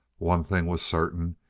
one thing was certain.